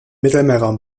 mittelmeerraum